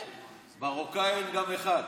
מרוקאי אין גם אחד.